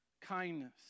kindness